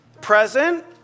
present